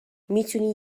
میتونی